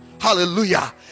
Hallelujah